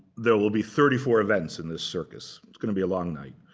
there will be thirty four events in the circus. it's going to be a long night.